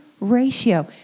ratio